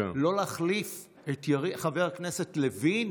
על לא להחליף את חבר הכנסת לוין